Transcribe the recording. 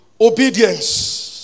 Obedience